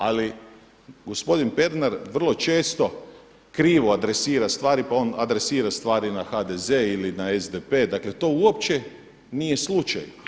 Ali gospodin Pernar vrlo često krivo adresira stvari pa on adresira stvari na HDZ ili na SDP dakle to uopće nije slučajno.